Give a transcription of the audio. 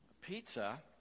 Pizza